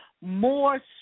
more